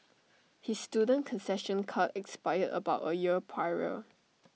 his student concession card expired about A year prior